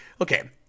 Okay